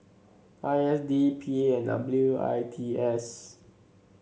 I S D P A and W I T S